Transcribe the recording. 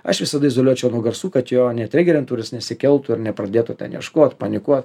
aš visada izoliuočiau nuo garsų kad jo netrigerintų ir kad jis nesikeltų ir nepradėtų ten ieškot panikuot